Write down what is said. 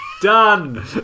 Done